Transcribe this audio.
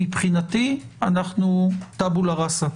מבינתי אנחנו טבולה ראסה.